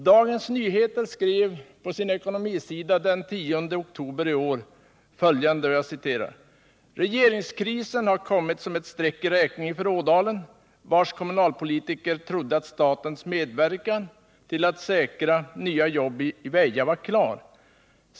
Dagens Nyheter skrev på sin ekonomisida den 10 oktober i år: ”Regeringskrisen har kommit som ett streck i räkningen för Ådalen, vars kommunalpolitiker nästan trodde att statens medverkan till att säkra nya jobb i Väja var klar.